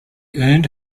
earned